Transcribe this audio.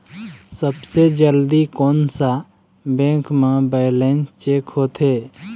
सबसे जल्दी कोन सा बैंक म बैलेंस चेक होथे?